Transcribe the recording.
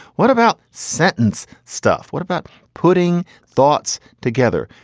what about sentence stuff? what about putting thoughts together?